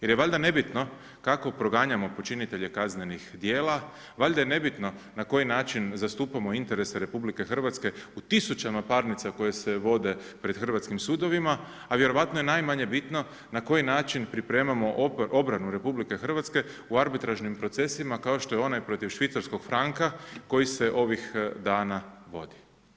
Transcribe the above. Jer je valjda nebitno kako proganjamo počinitelje kaznenih djela, valjda je nebitno na koji način zastupamo interese RH u tisućama parnica koje se vode pred hrvatskim sudovima, a vjerojatno je najmanje bitno na koji način pripremamo obranu RH u arbitražnim procesima, kao što je onaj protiv švicarskog franka koji se ovih dana vodi.